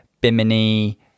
bimini